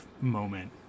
moment